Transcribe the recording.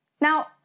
Now